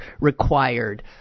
required